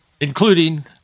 including